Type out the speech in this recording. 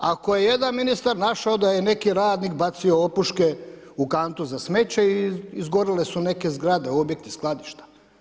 Ako je jedan ministar našao neki radnik bacio opuške u kantu za smeće i izborile su neke zgrade, objekti, skladišta.